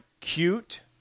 cute